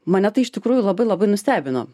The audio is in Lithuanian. mane tai iš tikrųjų labai labai nustebino